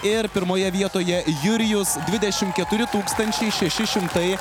ir pirmoje vietoje jurijus dvidešimt keturi tūkstančiai šeši šimtai